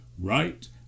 right